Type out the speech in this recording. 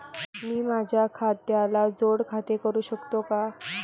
मी माझ्या खात्याला जोड खाते करू शकतो का?